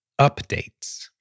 updates